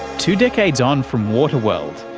two decades on from waterworld,